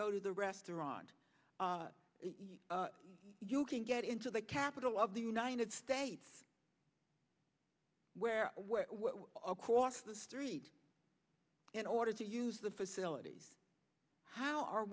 go to the restaurant you can get into the capital of the united states where across the street in order to use the facilities how are